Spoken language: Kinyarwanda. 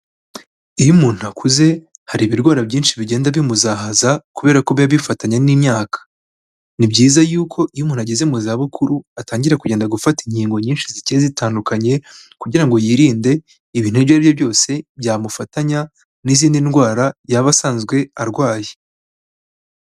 Iyo umuntu akuze hari ibirwara byinshi bigenda bimuzahaza kubera ko biba bifatanya n'imyaka, ni byiza yuko iyo umuntu ageze mu zabukuru atangira kugenda gufata inkingo nyinshi zigiye zitandukanye kugira ngo yirinde ibintu ibyo aribyo byose byamufatanya n'izindi ndwara yaba asanzwe arwaye.